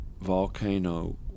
volcano